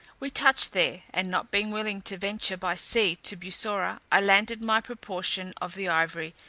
we touched there, and not being willing to venture by sea to bussorah, i landed my proportion of the ivory,